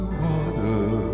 water